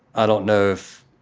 i don't know if